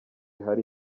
hari